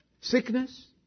Sickness